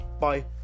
bye